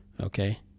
okay